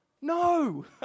no